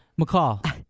McCall